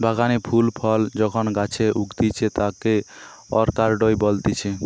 বাগানে ফুল ফল যখন গাছে উগতিচে তাকে অরকার্ডই বলতিছে